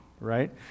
right